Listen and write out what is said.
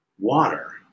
water